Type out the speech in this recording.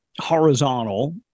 horizontal